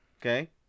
okay